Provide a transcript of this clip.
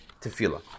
tefillah